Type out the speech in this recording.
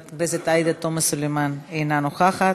חברת הכנסת עאידה תומא סלימאן, אינה נוכחת,